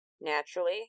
Naturally